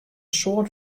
soad